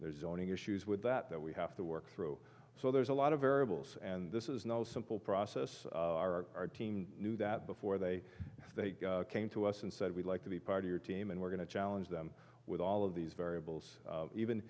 there's owning issues with that that we have to work through so there's a lot of variables and this is no simple process our team knew that before they came to us and said we'd like to be part of your team and we're going to challenge them with all of these variables even